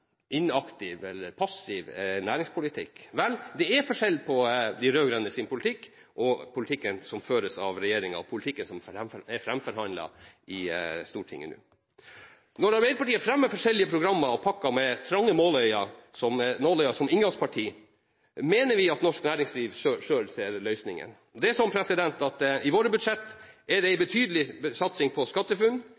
inaktiv – eller passiv – næringspolitikk. Det er forskjell på de rød-grønnes politikk og politikken som føres av regjeringen, den politikken som er framforhandlet i Stortinget nå. Når Arbeiderpartiet fremmer forskjellige programmer og pakker med trange nåløyer som inngangsparti, mener vi at norsk næringsliv selv ser løsningene. I våre budsjetter er det en betydelig satsing på SkatteFUNN, og det er en betydelig satsing på Brukerstyrt innovasjonsarena, BIA. Dette er